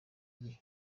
gihe